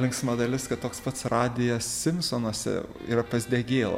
linksma dalis kad toks pats radijas simpsonuose yra pas degėlą